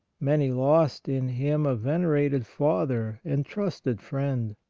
many lost in him a venerated father and trusted friend,